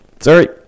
Sorry